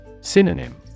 Synonym